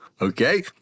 okay